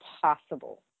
possible